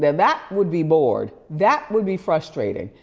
that would be bored. that would be frustrating.